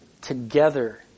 Together